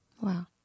Wow